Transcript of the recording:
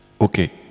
Okay